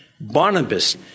Barnabas